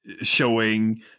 showing